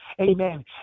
Amen